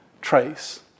trace